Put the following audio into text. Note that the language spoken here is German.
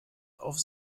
auf